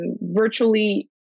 Virtually